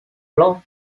loch